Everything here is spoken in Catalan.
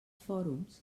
fòrums